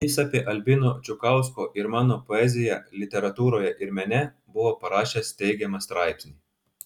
jis apie albino čukausko ir mano poeziją literatūroje ir mene buvo parašęs teigiamą straipsnį